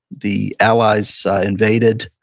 the allies invaded.